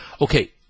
Okay